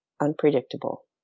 unpredictable